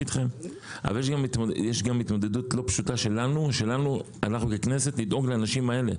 אבל יש גם התמודדות לא פשוטה שלנו ככנסת לדאוג לאנשים האלה,